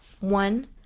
One